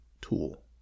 tool